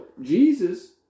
Jesus